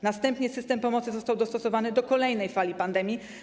Następnie system pomocy został dostosowany do kolejnej fali pandemii.